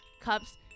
Cups